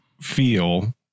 feel